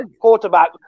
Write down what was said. quarterback